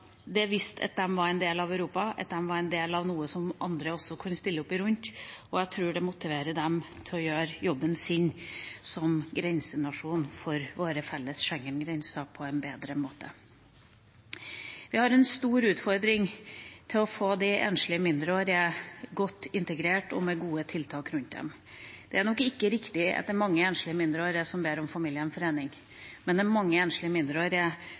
en del av Europa, at de var en del av noe som andre rundt også kunne stille opp i, og jeg tror det motiverer dem til å gjøre jobben sin som grensenasjon for våre felles Schengen-grenser på en bedre måte. Vi har en stor utfordring med å få de enslige mindreårige godt integrert og med gode tiltak rundt seg. Det er nok ikke riktig at det er mange enslige mindreårige som ber om familiegjenforening, men det er mange enslige mindreårige